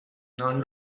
now